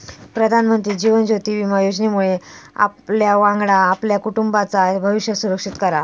प्रधानमंत्री जीवन ज्योति विमा योजनेमुळे आपल्यावांगडा आपल्या कुटुंबाचाय भविष्य सुरक्षित करा